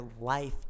life